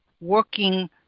working